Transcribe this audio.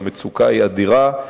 והמצוקה היא אדירה.